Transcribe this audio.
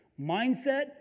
Mindset